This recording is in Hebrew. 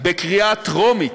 בקריאה טרומית,